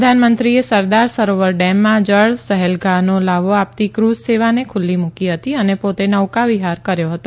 પ્રધાનમંત્રીએ સરદાર સરોવર ડેમમાં જળ સહેલગાહનો લહાવો આપતી ક્રૂઝ સેવાને ખુલ્લી મૂકી હતી અને પોતે નૌકાવિહાર કર્યો હતો